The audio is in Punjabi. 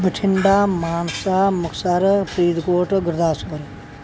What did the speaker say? ਬਠਿੰਡਾ ਮਾਨਸਾ ਮੁਕਤਸਰ ਫਰੀਦਕੋਟ ਗੁਰਦਾਸਪੁਰ